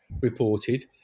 reported